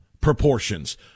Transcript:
proportions